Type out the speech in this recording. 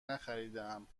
نخریدهام